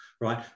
right